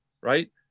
right